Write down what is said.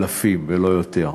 אלפים ולא יותר,